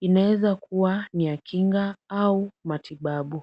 inawezakua ni ya kinga au matibabu.